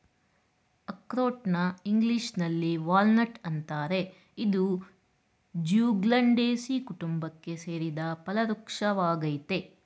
ಅಖ್ರೋಟ್ನ ಇಂಗ್ಲೀಷಿನಲ್ಲಿ ವಾಲ್ನಟ್ ಅಂತಾರೆ ಇದು ಜ್ಯೂಗ್ಲಂಡೇಸೀ ಕುಟುಂಬಕ್ಕೆ ಸೇರಿದ ಫಲವೃಕ್ಷ ವಾಗಯ್ತೆ